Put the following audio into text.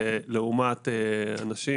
זה לא עובד משרד,